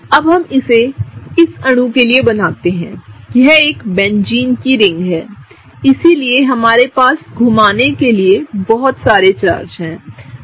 अब हम इसे इस अणु के लिए बनाते हैंयह एक बेंजीन की रिंग है इसलिए हमारे पास घूमाने के लिए बहुत सारे चार्ज हैं